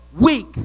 weak